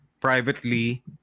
privately